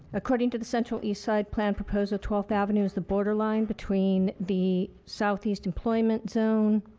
according to the central east side plan proposed at twelfth avenue is the borderline between the southeast employment zone,